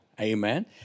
Amen